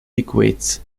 equates